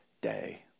day